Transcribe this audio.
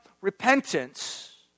repentance